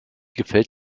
gefällt